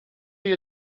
you